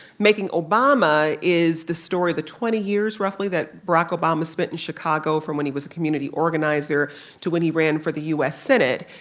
making obama is the story the twenty years, roughly, that barack obama spent in chicago from when he was a community organizer to when he ran for the u s. senate.